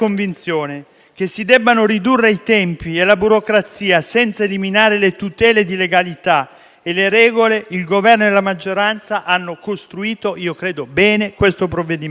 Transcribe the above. che si debbano ridurre i tempi e la burocrazia senza eliminare le tutele di legalità e le regole, il Governo e la maggioranza hanno costruito - io credo bene - questo provvedimento.